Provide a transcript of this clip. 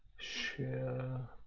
share,